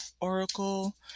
oracle